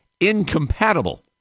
incompatible